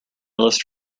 list